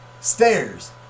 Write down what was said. stairs